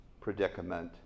predicament